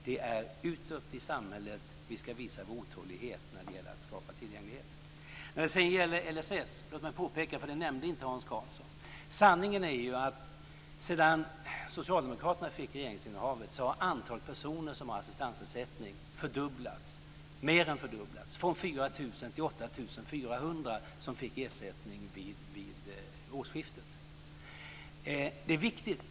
Det är utåt i samhället som vi ska visa vår otålighet när det gäller att skapa tillgänglighet. Sedan gäller det LSS. Låt mig påpeka något som Hans Karlsson inte nämnde. Sanningen är ju att antalet personer som har assistansersättning har mer än fördubblats sedan socialdemokraterna fick regeringsinnehavet. Det har gått från 4 000 till 8 400, som fick ersättning vid årsskiftet. Det är viktigt.